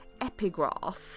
epigraph